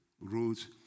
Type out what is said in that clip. roads